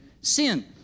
Sin